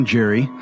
Jerry